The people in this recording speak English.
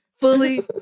Fully